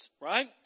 right